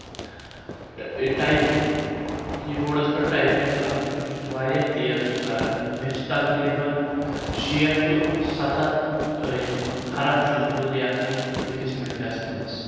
typing keyboards پؠٹھ typing کرُن بہٕ چھُس واریاہ تیز سُہ کران مےٚ چھِ تقریٖبن شیٹھ ٹو ستتھ یِم حرف چھُس بہٕ لیکھان أکِس منٹس منٛز